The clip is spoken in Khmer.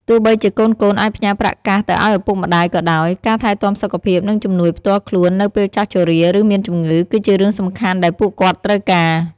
ទោះបីជាកូនៗអាចផ្ញើប្រាក់កាសទៅឱ្យឪពុកម្ដាយក៏ដោយ ការថែទាំសុខភាព និងជំនួយផ្ទាល់ខ្លួននៅពេលចាស់ជរា ឬមានជំងឺ គឺជារឿងសំខាន់ដែលពួកគាត់ត្រូវការ។